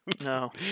No